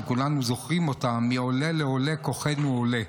שכולנו זוכרים אותה: מעולה לעולה כוחנו עולה.